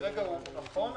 כרגע הוא נכון.